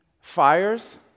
fires